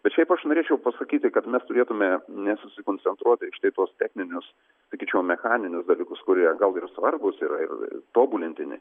bet šiaip aš norėčiau pasakyti kad mes turėtume nesusikoncentruoti į štai tuos techninius sakyčiau mechaninius dalykus kurie gal ir svarbūs yra ir tobulintini